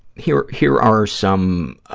here here are some